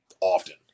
often